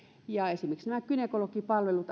ja esimerkiksi jos ajatellaan gynekologipalveluja